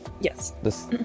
yes